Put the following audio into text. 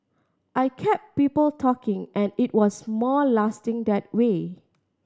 I kept people talking and it was more lasting that way